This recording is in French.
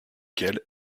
qu’elle